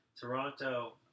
Toronto